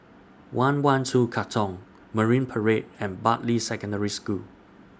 one one two Katong Marine Parade and Bartley Secondary School